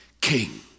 King